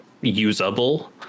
usable